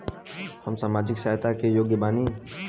हम सामाजिक सहायता के योग्य बानी?